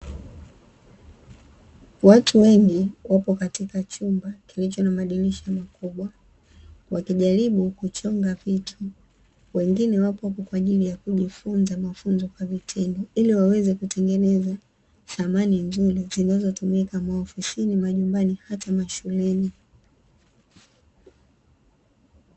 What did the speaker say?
Watu wengi wapo katika chumba kilicho na madirisha makubwa, wakijaribu kuchonga vitu. Wengine wapo hapo kwa ajili ya kujifunza mafunzo kwa vitendo ili waweze kutengeneza samani nzuri zinazotumika maofisini, majumbani na hata mashuleni.